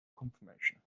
confirmation